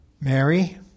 Mary